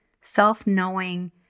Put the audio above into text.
self-knowing